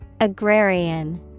Agrarian